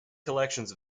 collections